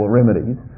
remedies